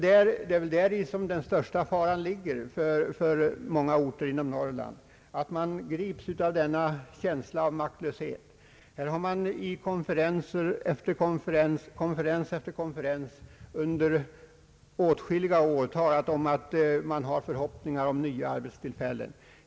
Den största faran för många orter i Norrland är just att människorna grips av en känsla av maktlöshet. I konferens efter konferens under åtskilliga år har det talats om förhoppningar om nya arbetstillfällen.